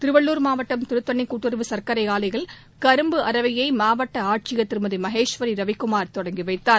திருவள்ளூர் மாவட்டம் திருத்தணி கூட்டுறவு சர்க்கரை ஆலையில் கரும்பு அரவையை மாவட்ட ஆட்சியர் திருமதி மகேஸ்வரி ரவிக்குமார் தொடங்கி வைத்தார்